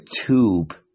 tube